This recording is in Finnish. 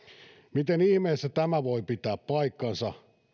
miten ihmeessä tämä voi pitää paikkansa